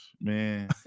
Man